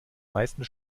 meisten